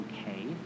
okay